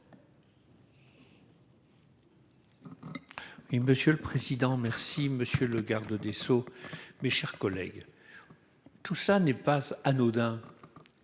Monsieur le président. Merci monsieur le garde des sceaux, mes chers collègues. Tout ça n'est pas anodin.